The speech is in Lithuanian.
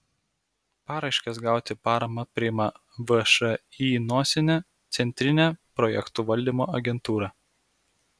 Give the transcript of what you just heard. paraiškas gauti paramą priima všį centrinė projektų valdymo agentūra